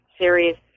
serious